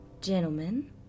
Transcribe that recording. gentlemen